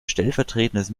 stellvertretendes